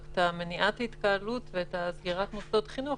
אבל מניעת התקהלות וסגירת מוסדות חינוך